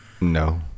No